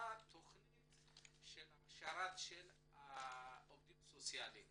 הייתה תכנית של הכשרה של עובדים סוציאליים